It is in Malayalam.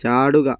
ചാടുക